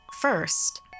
First